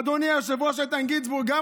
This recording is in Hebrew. אדוני היושב-ראש איתן גינזבורג,